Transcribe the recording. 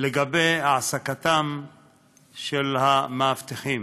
לגבי העסקתם של המאבטחים.